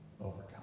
overcome